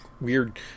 weird